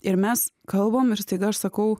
ir mes kalbam ir staiga aš sakau